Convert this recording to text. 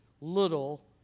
Little